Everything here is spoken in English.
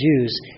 Jews